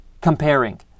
comparing